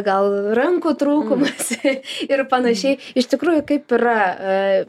gal rankų trūkumas ir panašiai iš tikrųjų kaip yra